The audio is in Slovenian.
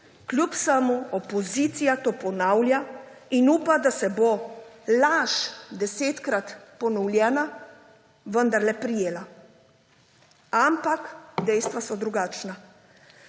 Kljub vsemu opozicija to ponavlja in upa, da se bo laž, desetkrat ponovljena, vendarle prijela. Ampak dejstva so drugačna.